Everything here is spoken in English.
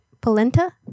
polenta